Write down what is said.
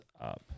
up